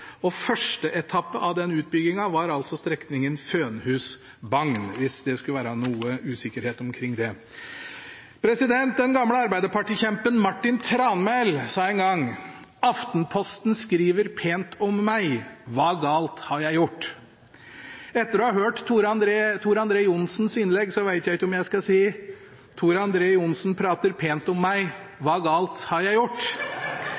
Bjørgo. Første etappe av denne utbyggingen var strekningen Fønhus–Bagn, hvis det skulle være noen usikkerhet omkring det. Den gamle arbeiderpartikjempen Martin Tranmæl sa en gang: Aftenposten skriver pent om meg, hva galt har jeg gjort? Etter å ha hørt Tor André Johnsens innlegg, vet jeg ikke om jeg skal si: Tor André Johnsen prater pent om meg, hva galt har jeg gjort?